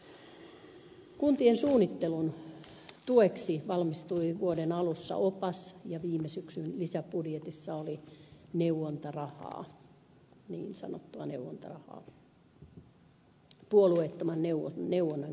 kuntien suunnittelun tueksi valmistui vuoden alussa opas ja viime syksyn lisäbudjetissa oli niin sanottua neuvontarahaa puolueettoman neuvonnan käynnistämiseksi